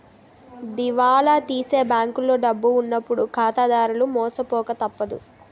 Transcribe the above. దివాలా తీసే బ్యాంకులో డబ్బు ఉన్నప్పుడు ఖాతాదారులు మోసపోక తప్పదు